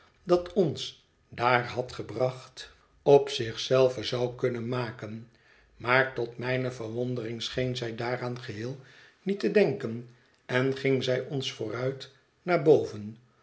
dat ons daar had gebracht een beetje zoo zoo op zich zelve zou kunnen maken maar tot mijne verwondering scheen zij daaraan geheel niet te denken en ging zij ons vooruit naar boven